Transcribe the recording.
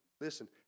Listen